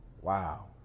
wow